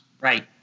Right